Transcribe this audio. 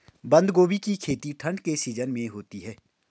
बंद गोभी की खेती ठंड के सीजन में होती है